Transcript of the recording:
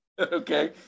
Okay